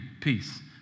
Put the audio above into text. peace